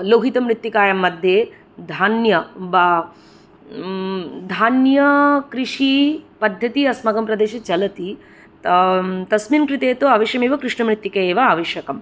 लोहितमृत्तिकायां मध्ये धान्य धान्यकृषीपद्धती अस्माकं प्रदेशे चलति तस्मिन् कृते तु अवश्यमेव कृष्णमृत्तिके एव आवश्यकं